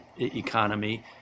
economy